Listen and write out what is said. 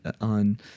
on